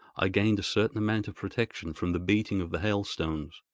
i gained a certain amount of protection from the beating of the hailstones,